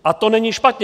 A to není špatně.